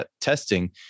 testing